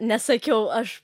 nesakiau aš